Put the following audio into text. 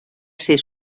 ser